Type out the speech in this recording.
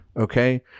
okay